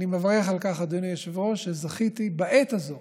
ואני מברך על כך, אדוני היושב-ראש, שזכיתי בעת הזו